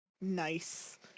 Nice